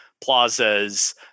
plazas